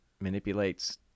manipulates